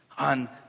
on